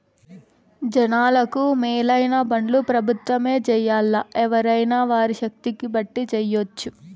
జనాలకు మేలైన పన్లు పెబుత్వమే జెయ్యాల్లా, ఎవ్వురైనా వారి శక్తిని బట్టి జెయ్యెచ్చు